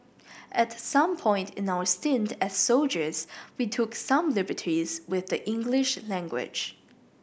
at some point in our stint as soldiers we took some liberties with the English language